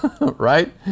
right